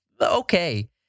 okay